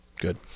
good